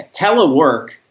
telework